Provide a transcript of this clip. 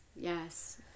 yes